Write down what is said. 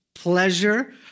Pleasure